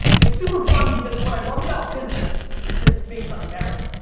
it's super fun because what i love about business is it's based on merit.